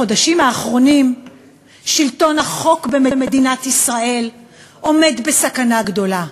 בחודשים האחרונים שלטון החוק במדינת ישראל עומד בסכנה גדולה,